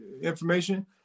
Information